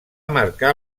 marcar